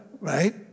right